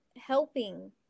helping